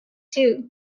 too